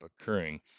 occurring